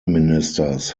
ministers